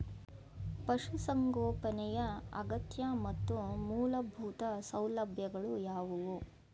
ಪಶುಸಂಗೋಪನೆಯ ಅಗತ್ಯ ಮತ್ತು ಮೂಲಭೂತ ಸೌಲಭ್ಯಗಳು ಯಾವುವು?